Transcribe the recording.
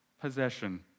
possession